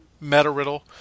meta-riddle